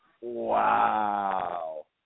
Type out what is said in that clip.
Wow